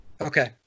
Okay